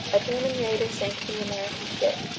a german raider sank the american ship,